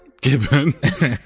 Gibbons